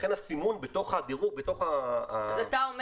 לכן הסימון בתוך הדירוג --- אז אתה אומר